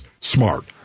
smart